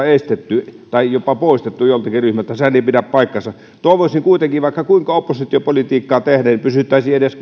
estetty tai jopa poistettu joltakin ryhmältä sehän ei pidä paikkaansa toivoisin kuitenkin vaikka kuinka oppositiopolitiikkaa tehdään että pysyttäisiin edes